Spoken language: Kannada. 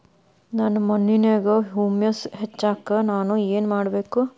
ನನ್ನ ಮಣ್ಣಿನ್ಯಾಗ್ ಹುಮ್ಯೂಸ್ ಹೆಚ್ಚಾಕ್ ನಾನ್ ಏನು ಮಾಡ್ಬೇಕ್?